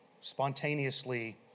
spontaneously